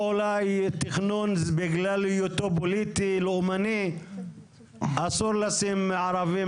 או אולי תכנון בגלל היותו פוליטי לאומני אסור לשים ערבים,